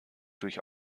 durch